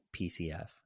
PCF